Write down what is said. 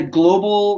global